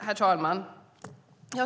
Herr talman!